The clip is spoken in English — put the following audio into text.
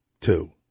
two